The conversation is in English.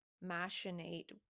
machinate